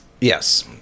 Yes